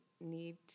need